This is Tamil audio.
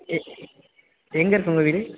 எ எங்கே இருங்குங்க வீடு